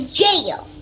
jail